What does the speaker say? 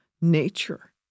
nature